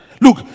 Look